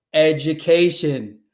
education.